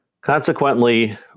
Consequently